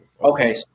Okay